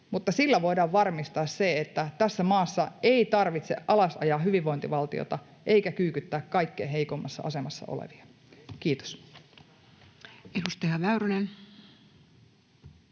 sillä voidaan varmistaa, että tässä maassa ei tarvitse ajaa alas hyvinvointivaltiota eikä kyykyttää kaikkein heikoimmassa asemassa olevia. — Kiitos. [Speech